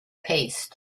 paste